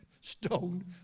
stone